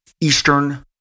Eastern